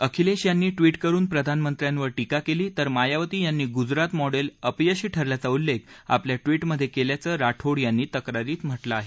अखिलेश यांनी ट्विट करून प्रधान मंत्र्यांवर टीका केली तर मायावती यांनी गुजरात मॉडेल अपयशी ठरल्याचा उल्लेख आपल्या ट्विटमध्ये केल्याचं राठोड यांनी तक्रारीत म्हटलं आहे